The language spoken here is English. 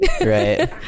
right